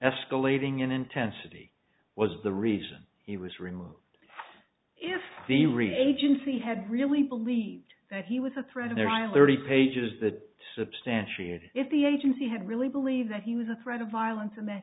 escalating in intensity was the reason he was removed if they read agency had really believed that he was a threat of their high alert pages that substantiated if the agency had really believe that he was a threat of violence and that